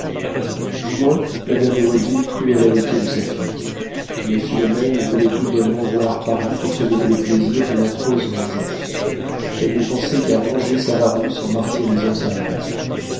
du moins madame de watteville crut à l'amitié de sa fille mais philomène voulait tout bonnement voir paris pour se donner le plaisir d'une atroce vengeance elle ne pensait qu'à venger savarus en martyrisant sa rivale